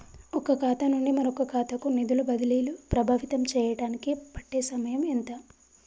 ఒక ఖాతా నుండి మరొక ఖాతా కు నిధులు బదిలీలు ప్రభావితం చేయటానికి పట్టే సమయం ఎంత?